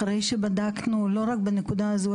אחרי שבדקנו לא רק בנקודה הזו,